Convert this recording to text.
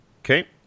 Okay